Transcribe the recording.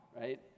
right